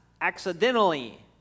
accidentally